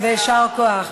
יישר כוח.